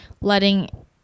letting